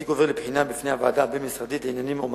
התיק עובר לבחינה בפני הוועדה הבין-משרדית לעניינים הומניטריים,